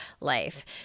life